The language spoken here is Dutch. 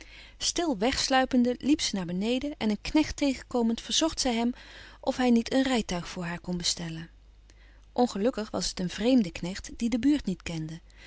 stil wegsluipende liep ze naar beneden en een knecht tegenkomend verzocht zij hem of hij niet een rijtuig voor haar kon bestellen ongelukkig was het een vreemde knecht die de buurt niet kende